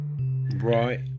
right